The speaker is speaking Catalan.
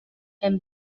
hem